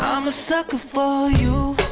um a sucker for you